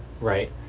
right